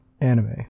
anime